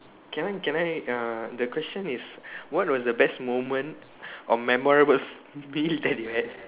can I can I uh the question is what was the best moment or memorable meal that you had